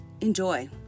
enjoy